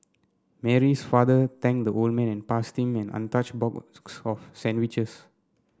Mary's father thanked the old man passed him an untouched box of sandwiches